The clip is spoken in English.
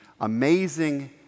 amazing